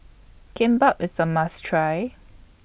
Kimbap IS A must Try